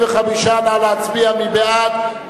25). נא להצביע, מי בעד?